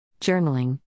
Journaling